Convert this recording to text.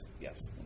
yes